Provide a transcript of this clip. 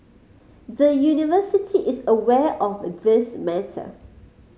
the University is aware of this matter